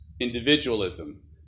individualism